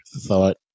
thought